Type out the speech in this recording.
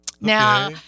Now